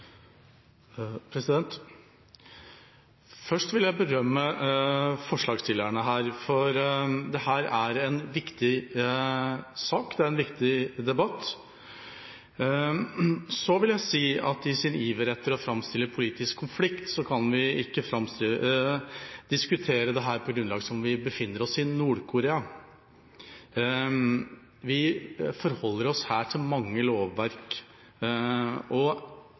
viktig sak og en viktig debatt. Så vil jeg si at i sin iver etter å framstille politisk konflikt kan man ikke diskutere dette på et grunnlag som om vi befinner oss i Nord-Korea. Vi forholder oss her til mange lovverk, og